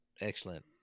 excellent